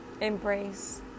embrace